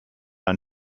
ein